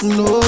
no